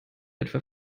etwa